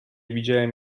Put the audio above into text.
widziałem